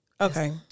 okay